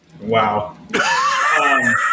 Wow